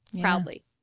proudly